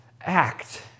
act